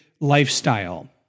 lifestyle